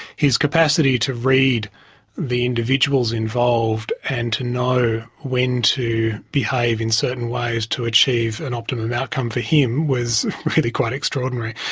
his capacity to read the individuals involved and to know when to behave in certain ways to achieve an optimum outcome for him, was really quite extraordinary.